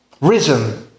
Risen